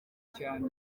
cyane